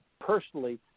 personally